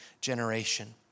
generation